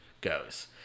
goes